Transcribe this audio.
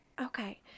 Okay